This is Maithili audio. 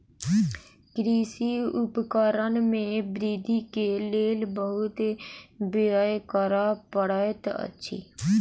कृषि उपकरण में वृद्धि के लेल बहुत व्यय करअ पड़ैत अछि